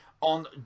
on